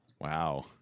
Wow